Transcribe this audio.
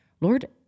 Lord